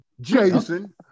Jason